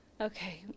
okay